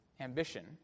ambition